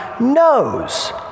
knows